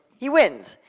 he wins.